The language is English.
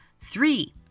Three